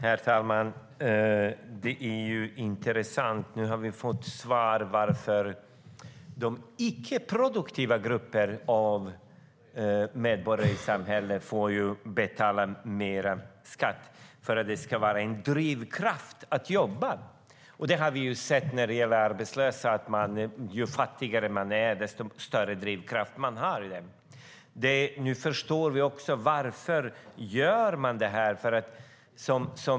Herr talman! Detta är intressant. Nu har vi fått svar på varför de icke-produktiva grupperna av medborgare i samhället får betala mer skatt. Det ska nämligen vara en drivkraft för att jobba. När det gäller de arbetslösa har vi sett att ju fattigare de är, desto större drivkraft har de. Nu förstår vi också varför man gör detta.